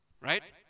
Right